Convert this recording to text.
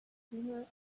streamer